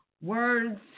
words